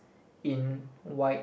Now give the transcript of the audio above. in white